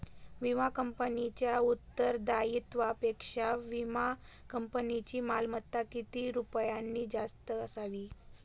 विमा कंपनीच्या उत्तरदायित्वापेक्षा विमा कंपनीची मालमत्ता किती रुपयांनी जास्त असावी?